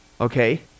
okay